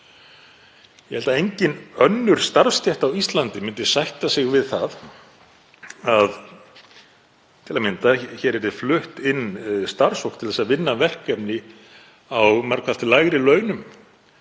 Ég held að engin önnur starfsstétt á Íslandi myndi sætta sig við það til að mynda að hér yrði flutt inn starfsfólk til að vinna verkefni á margfalt lægri launum